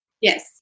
Yes